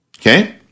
okay